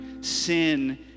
Sin